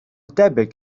debyg